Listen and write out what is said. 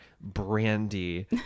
brandy